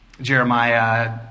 Jeremiah